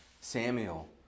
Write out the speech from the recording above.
Samuel